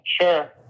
Sure